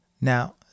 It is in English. Now